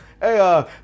hey